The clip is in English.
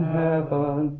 heaven